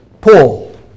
Paul